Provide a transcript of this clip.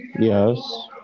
yes